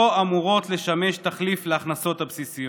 לא אמורות לשמש תחליף להכנסות הבסיסיות.